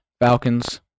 falcons